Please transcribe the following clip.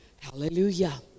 Hallelujah